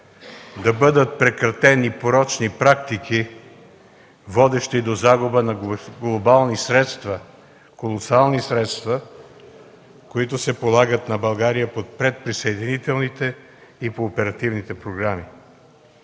да бъдат прекратени порочни практики, водещи до загуба на глобални, колосални средства, които се полагат на България от предприсъединителните и по оперативните програми.